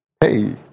Hey